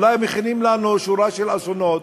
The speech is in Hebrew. אולי מכינים לנו שורה של אסונות,